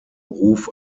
ruf